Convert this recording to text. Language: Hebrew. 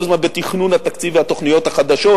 הזמן בתכנון התקציב והתוכניות החדשות,